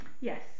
Yes